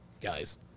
guys